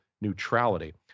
neutrality